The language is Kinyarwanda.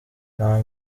nta